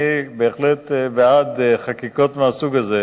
אני בהחלט בעד חקיקות מהסוג הזה,